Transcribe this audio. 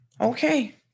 Okay